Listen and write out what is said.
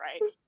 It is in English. right